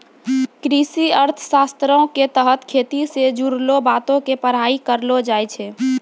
कृषि अर्थशास्त्रो के तहत खेती से जुड़लो बातो के पढ़ाई करलो जाय छै